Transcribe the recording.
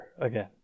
again